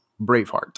Braveheart